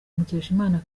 mukeshimana